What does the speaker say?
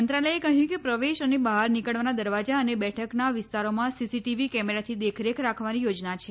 મંત્રાલયે કહ્યું કે પ્રવેશ અને બહાર નીકળવાના દરવાજા અને બેઠકના વિસ્તારોમાં સીસીટીવી કેમેરાથી દેખરેખ રાખવાની યોજના છે